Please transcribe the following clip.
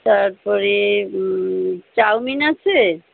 তারপরে চাউমিন আছে